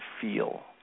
feel